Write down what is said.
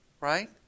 Right